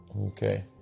okay